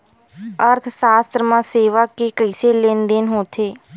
अर्थशास्त्र मा सेवा के कइसे लेनदेन होथे?